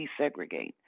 desegregate